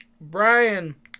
Brian